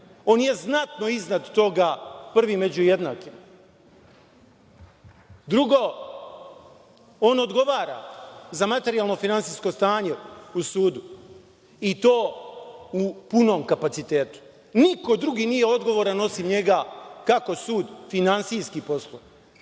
On je znatno iznad toga – prvi među jednakima. Drugo, on odgovara za materijalno-finansijsko stanje u sudu, i to u punom kapacitetu. Niko drugi nije odgovoran osim njega kako sud finansijski posluje,